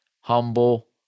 humble